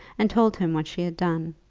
and told him what she had done.